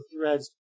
threads